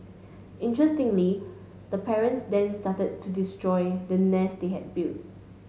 interestingly the parents then started to destroy the nest they had built